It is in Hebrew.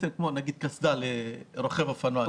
או קסדה לרוכב אופנוע,